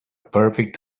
perfect